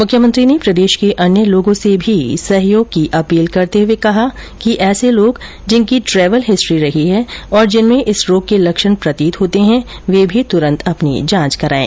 मुख्यमंत्री ने प्रदेश के अन्य लोगों से भी सहयोग की अपील करते हुए कहा है कि ऐसे लोग जिनकी ट्रेवल हिस्ट्री रही है और जिनमें इस रोग के लक्षण प्रतीत होते है वे तुरंत अपनी जांच करायें